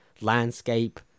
landscape